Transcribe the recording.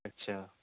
ਅੱਛਾ